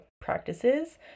practices